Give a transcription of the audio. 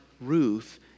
Ruth